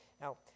Now